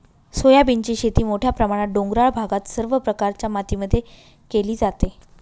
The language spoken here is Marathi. सोयाबीनची शेती मोठ्या प्रमाणात डोंगराळ भागात सर्व प्रकारच्या मातीमध्ये केली जाते